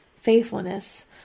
faithfulness